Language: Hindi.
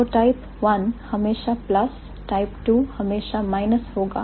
तो टाइप I हमेशा प्लस टाइप II हमेशा माइनस होगा